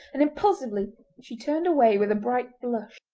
and impulsively she turned away with a bright blush.